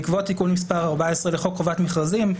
בעקבות תיקון מס' 14 לחוק חובת מכרזים,